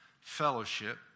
fellowship